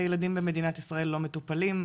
הילדים במדינת ישראל לא מטופלים,